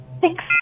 Thanks